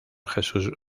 jesús